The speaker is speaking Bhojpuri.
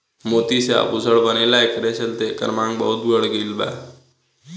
मोती से आभूषण बनेला एकरे चलते एकर मांग बहुत बढ़ गईल बा